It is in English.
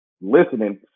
listening